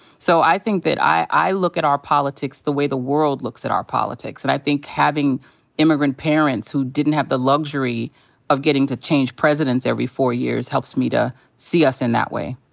so i think that i i look at our politics the way the world looks at our politics. and i think having immigrant parents who didn't have the luxury of getting to change presidents every four years helps me to see us in that way.